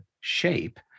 shape